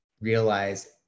realize